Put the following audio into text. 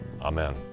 amen